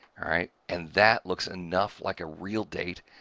alright. and that looks enough like a real date,